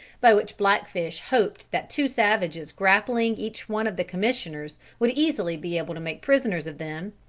by which blackfish hoped that two savages grappling each one of the commissioners would easily be able to make prisoners of them,